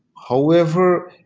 however,